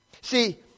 See